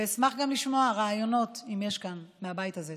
ואשמח גם לשמוע רעיונות, אם יש כאן, מהבית הזה.